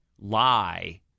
lie